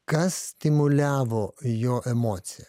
kas stimuliavo jo emociją